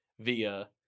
via